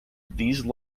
these